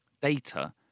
data